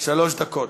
שלוש דקות.